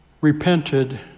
repented